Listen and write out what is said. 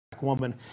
woman